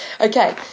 okay